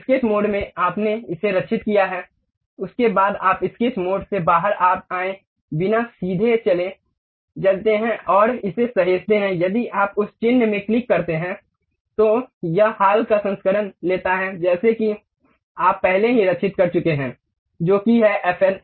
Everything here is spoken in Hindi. स्केच मोड में आपने इसे सेव किया है उसके बाद आप स्केच मोड से बाहर आए बिना सीधे चले जाते हैं और इसे सहेजते हैं यदि आप उस चिह्न में क्लिक करते हैं तो यह हाल का संस्करण लेता है जैसा कि आप पहले ही सेव कर चुके हैं जो कि है एफएल